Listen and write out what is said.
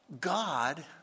God